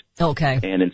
Okay